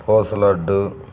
కోసలడ్డు